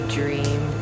dream